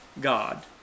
God